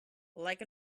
like